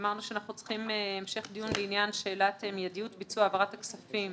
אמרנו שאנחנו צריכים המשך דיון בעניין שאלת מידיות ביצוע העברת הכספים